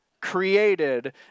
created